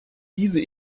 diese